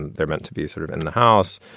and they're meant to be sort of and in the house.